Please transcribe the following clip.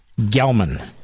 Gelman